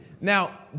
Now